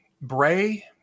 Bray –